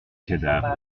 cadavre